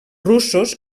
russos